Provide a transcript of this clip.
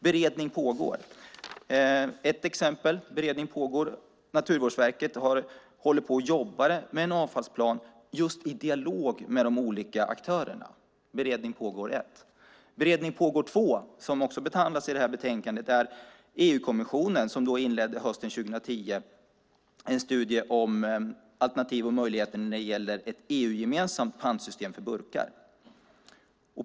Beredning pågår 1: Naturvårdsverket håller på och jobbar med en avfallsplan i dialog med de olika aktörerna. Beredning pågår 2 - som också behandlas i detta betänkande: EU-kommissionen inledde hösten 2010 en studie om alternativ och möjligheter när det gäller ett EU-gemensamt pantsystem för burkar.